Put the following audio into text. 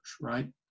right